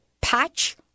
patch